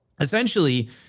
essentially